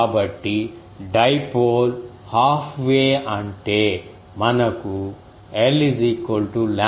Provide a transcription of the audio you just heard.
కాబట్టి dipole half wave అంటే మనకు l లాంబ్డా నాట్ by 2 కు సమానం